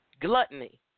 Gluttony